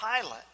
Pilate